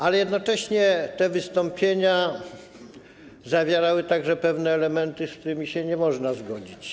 Ale jednocześnie te wystąpienia zawierały także pewne elementy, z którymi się nie można zgodzić.